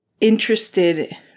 interested